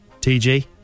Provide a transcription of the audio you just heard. TG